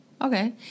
Okay